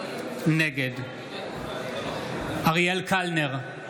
נגד אריאל קלנר,